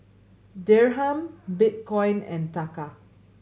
Dirham Bitcoin and Taka